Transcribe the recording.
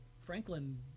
Franklin